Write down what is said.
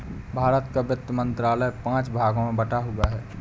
भारत का वित्त मंत्रालय पांच भागों में बटा हुआ है